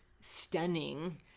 stunning